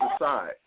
aside